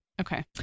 okay